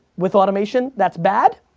with automation, that's bad,